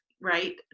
right